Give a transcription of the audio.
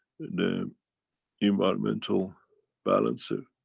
the environmental balancer.